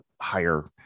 higher